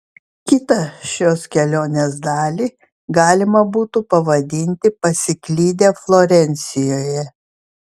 kitą šios kelionės dalį galima būtų pavadinti pasiklydę florencijoje